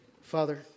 father